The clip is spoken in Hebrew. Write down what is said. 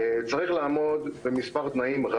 צריך לעמוד במספר רב של תנאים.